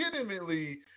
Legitimately